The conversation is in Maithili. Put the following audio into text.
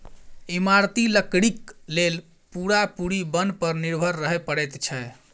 इमारती लकड़ीक लेल पूरा पूरी बन पर निर्भर रहय पड़ैत छै